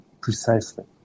precisely